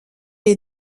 est